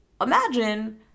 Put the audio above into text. imagine